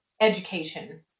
education